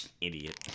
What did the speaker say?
idiot